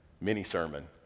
mini-sermon